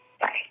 Bye